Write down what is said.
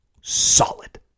solid